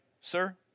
sir